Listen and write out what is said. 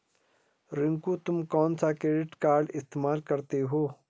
रिंकू तुम कौन सा क्रेडिट कार्ड इस्तमाल करते हो?